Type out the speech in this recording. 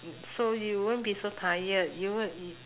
so you won't be so tired you won't y~